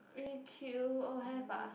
E_Q oh have ah